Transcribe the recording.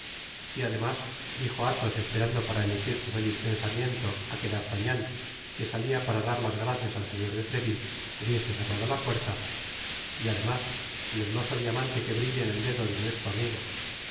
y ademas dijo athos esperando para emitir su feliz pensamiento á que d'artagnan que salia para dar las gracias al señor de treville hubiese cerrado la puerta y además el hermoso diamante que brilla en el dedo de nuestro amigo